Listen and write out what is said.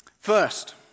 First